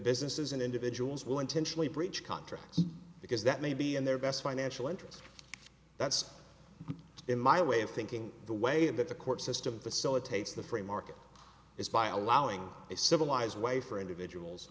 businesses and individuals will intentionally breach contracts because that may be in their best financial interests that's in my way of thinking the way that the court system facilitates the free market is by allowing a civilized way for individuals